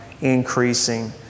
increasing